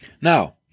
Now